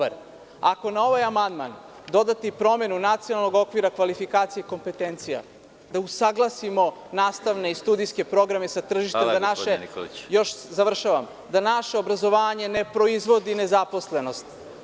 Ako na ovaj amandman dodate i promenu nacionalnog okvira kvalifikacija i kompetencija, da usaglasimo nastavne i studijske programe sa tržištem, da naše obrazovanje ne proizvodi nezaposlenost.